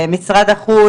ומה הבעיות.